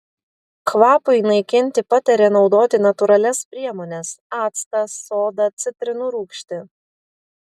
kvapui naikinti patarė naudoti natūralias priemones actą sodą citrinų rūgštį